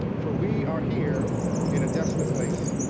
for we are here in a desolate place.